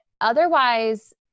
otherwise